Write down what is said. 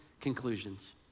conclusions